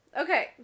Okay